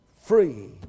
free